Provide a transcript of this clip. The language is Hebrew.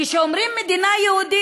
כשאומרים מדינה יהודית,